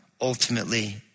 ultimately